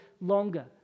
longer